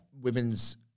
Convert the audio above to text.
women's